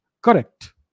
correct